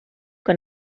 que